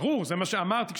ברור, זה מה שאני אמרתי.